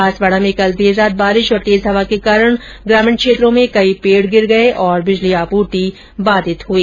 बांसवाडा में कल देर रात बारिश और तेज हवा के कारण ग्रामीण क्षेत्रों में कई पेड गिर गये और बिजली आपूर्ति बाधित हुई